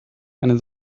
eine